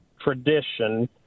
tradition